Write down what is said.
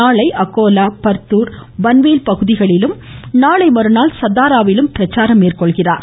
நாளை அகோலா பர்த்தூர் பன்வேல் பகுதிகளிலும் நாளை மற்றாள் சத்தாராவிலும் பிரச்சாரம் மேற்கொள்கிறார்